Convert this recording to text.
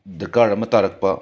ꯗꯔꯀꯥꯔ ꯑꯃ ꯇꯥꯔꯛꯄ